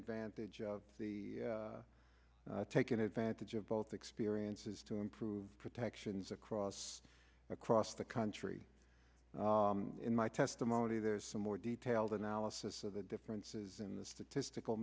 advantage of the taking advantage of both experiences to improve protections across across the country in my testimony there's some more detailed analysis of the differences in the statistical